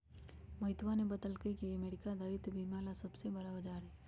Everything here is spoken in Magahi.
मोहितवा ने बतल कई की अमेरिका दायित्व बीमा ला सबसे बड़ा बाजार हई